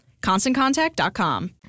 ConstantContact.com